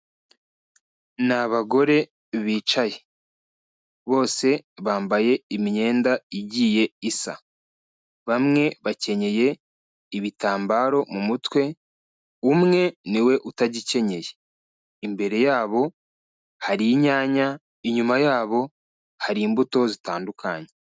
Ni abagore bicaye, bose bambaye imyenda igiye isa, bamwe bakenyeye ibitambaro mu mutwe, umwe ni we utagikenyeye. Imbere yabo hari inyanya, inyuma yabo hari imbuto zitandukanye.